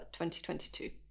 2022